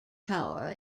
tower